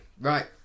right